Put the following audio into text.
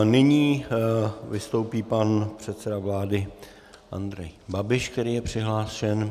Nyní vystoupí pan předseda vlády Andrej Babiš, který je přihlášen.